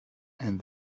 and